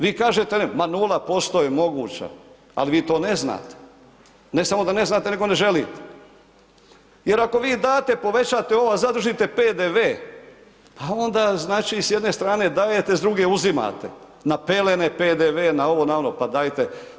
Vi kažete ne, ma 0% je moguća, ali vi to ne znate, ne samo da ne znate nego ne želite jer ako vi date povećate ovo, a zadržite PDV pa onda znači s jedne strane dajete, a s druge uzimate, na pelene PDV, na ovo, na ono, pa dajte.